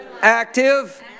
active